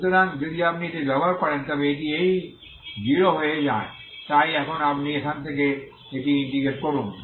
সুতরাং যদি আপনি এটি ব্যবহার করেন তবে এটি এই 0 হয়ে যায় তাই এখন আপনি এখন থেকে এটি ইন্টিগ্রেট করুন